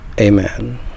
Amen